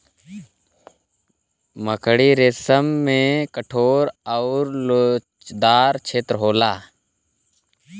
मकड़ी रेसम में कठोर आउर लोचदार छेत्र होला